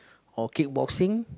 or kick boxing